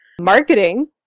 marketing